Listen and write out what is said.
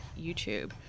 YouTube